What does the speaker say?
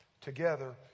together